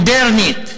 ומודרנית.